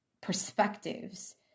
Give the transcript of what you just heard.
perspectives